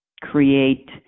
create